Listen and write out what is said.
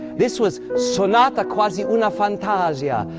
this was sonata quasi una fantasia,